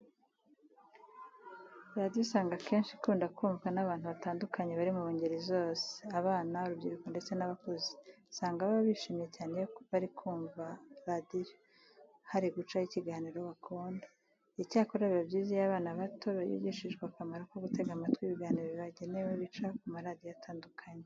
Radiyo usanga akenshi ikunda kumvwa n'abantu batandukanye bari mu ngeri zose. Abana, urubyiruko ndetse n'abakuze usanga baba bishimye cyane iyo kuri radiyo hari gucaho ikiganiro bakunda. Icyakora biba byiza iyo abana bato bigishijwe akamaro ko gutega amatwi ibiganiro bibagenewe bica ku maradiyo atandukanye.